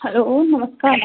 hello नमस्कार